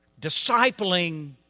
discipling